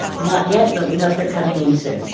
not yet, but we hope they're coming in soon.